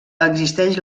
existeix